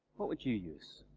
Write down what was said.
what would you use?